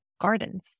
gardens